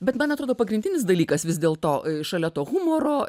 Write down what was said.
bet man atrodo pagrindinis dalykas vis dėl to šalia to humoro